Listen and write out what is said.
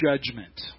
judgment